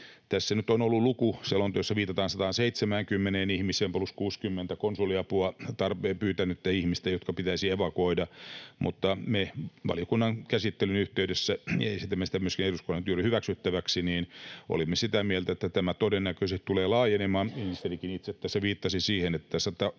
Tässä nyt on ollut luku, selonteossa viitataan 170:een ihmiseen plus 60:een konsuliapua pyytäneeseen ihmiseen, jotka pitäisi evakuoida, mutta me valiokunnan käsittelyn yhteydessä — ja esitämme sitä myöskin eduskunnalle hyväksyttäväksi — olimme sitä mieltä, että tämä todennäköisesti tulee laajenemaan. Ministerikin itse tässä viittasi siihen, että